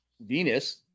Venus